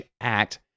Act